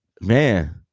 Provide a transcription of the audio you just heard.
man